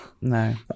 No